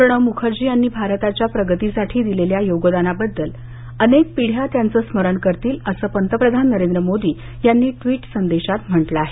प्रणव मुखर्जी यांनी भारताच्या प्रगतीसाठी दिलेल्या योगदानाबद्दल अनेक पिढ्या त्यांचं स्मरण करतील असं पंतप्रधान नरेंद्र मोदी यांनी ट्विट संदेशात म्हटलं आहे